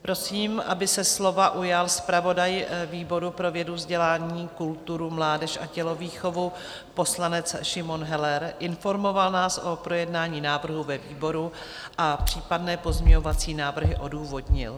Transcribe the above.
Prosím, aby se slova ujal zpravodaj výboru pro vědu, vzdělání, kulturu, mládež a tělovýchovu, poslanec Šimon Heller, informoval nás o projednání návrhu ve výboru a případné pozměňovací návrhy odůvodnil.